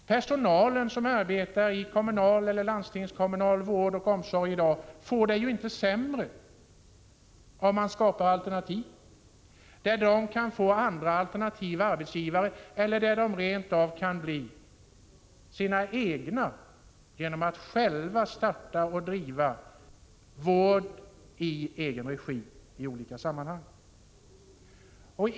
Personalen som arbetar inom kommunal eller landstingskommunal vård och omsorg i dag får det inte sämre, om man skapar alternativ, där de kan få andra arbetsgivare eller rent av kan bli sina egna genom att själva starta och driva vårdverksamhet i olika sammanhang.